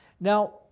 Now